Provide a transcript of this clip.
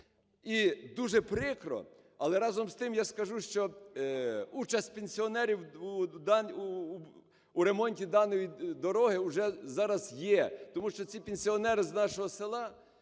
І дуже прикро, але разом з тим я скажу, що участь пенсіонерів у ремонті даної дороги уже зараз є. Тому що ці пенсіонери з нашого села,